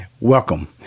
Welcome